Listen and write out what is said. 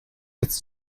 jetzt